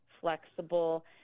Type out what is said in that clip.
flexible